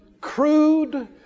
crude